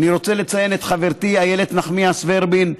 אני רוצה לציין את חברתי איילת נחמיאס ורבין.